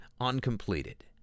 uncompleted